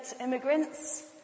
immigrants